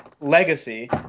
legacy